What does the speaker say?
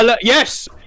yes